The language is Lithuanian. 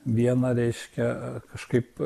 viena reiškia kažkaip